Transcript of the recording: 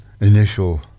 initial